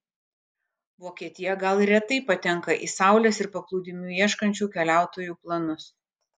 vokietija gal ir retai patenka į saulės ir paplūdimių ieškančių keliautojų planus